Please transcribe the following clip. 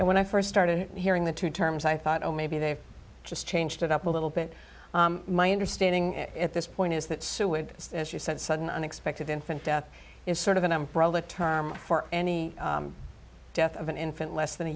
and when i first started hearing the two terms i thought oh maybe they just changed it up a little bit my understanding at this point is that so would as you said sudden unexpected infant death is sort of an umbrella term for any death of an infant less than a